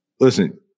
listen